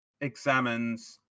examines